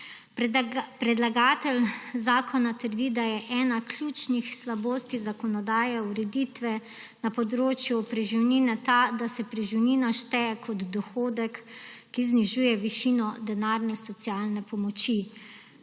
Predlagatelj zakona trdi, da je ena ključnih slabosti zakonodaje ureditve na področju preživnine ta, da se preživnina šteje kot dohodek, ki znižuje višino denarne socialne pomoči.